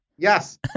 Yes